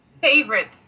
favorites